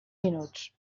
minuts